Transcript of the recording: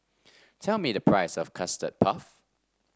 tell me the price of Custard Puff